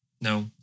no